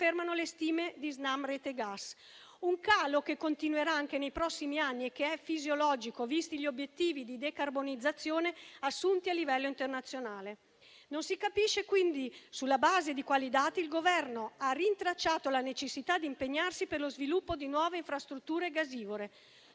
confermano le stime di Snam Rete Gas; un calo che continuerà anche nei prossimi anni e che è fisiologico, visti gli obiettivi di decarbonizzazione assunti a livello internazionale. Non si capisce, quindi, sulla base di quali dati il Governo ha rintracciato la necessità di impegnarsi per lo sviluppo di nuove infrastrutture gasivore: